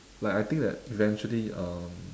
like I think that eventually um